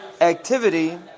activity